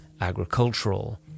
agricultural